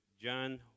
John